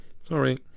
Sorry